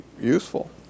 useful